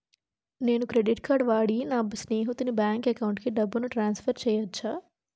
నేను credit card వాడి నా స్నేహితుని బ్యాంక్ అకౌంట్ కి డబ్బును ట్రాన్సఫర్ చేయచ్చా?